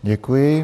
Děkuji.